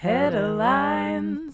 Headlines